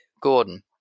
gordon